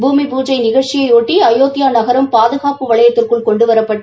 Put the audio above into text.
பூமி பூஜை நிகழ்ச்சியையொட்டி அயோத்தியா நகரம் பாதுகாப்பு வளையத்திற்குள் கொண்டுவரப்பட்டு